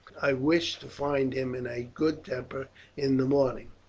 i wish to find him in a good temper in the morning.